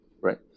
right